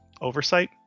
oversight